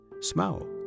smell